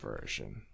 version